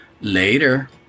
Later